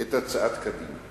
את הצעת קדימה.